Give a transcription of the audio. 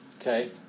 okay